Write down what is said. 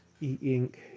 E-Ink